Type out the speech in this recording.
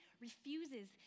refuses